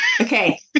Okay